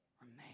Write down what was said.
Remain